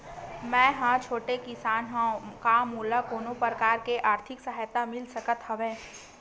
मै ह छोटे किसान हंव का मोला कोनो प्रकार के आर्थिक सहायता मिल सकत हवय?